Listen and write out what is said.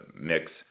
mix